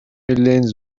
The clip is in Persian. لنز